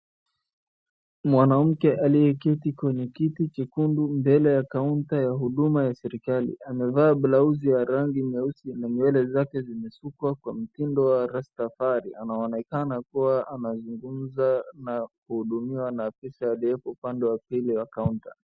Mwanamke aliyeketi kwenye kiti chekundu mbele ya kaunta ya Huduma ya serikali. Amevaa blausi ya rangi nyeusi na nywele zake zimesukwa kwa mtindo wa rastafari. Anaonekana kuwa anazungumza na kuhudumiwa na afisa aliyepo upande wapili wa kaunta.